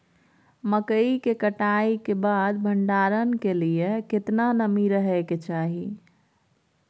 मकई के कटाई के बाद भंडारन के लिए केतना नमी रहै के चाही?